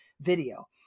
video